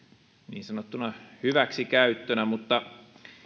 niin sanottuna hyväksikäyttönä mutta